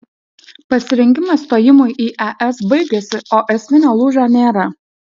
pasirengimas stojimui į es baigėsi o esminio lūžio nėra